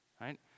right